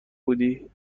بودی